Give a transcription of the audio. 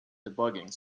debugging